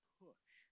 push